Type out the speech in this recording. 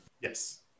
Yes